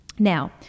Now